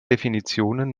definitionen